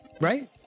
right